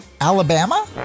Alabama